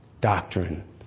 doctrine